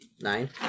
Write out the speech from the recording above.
Nine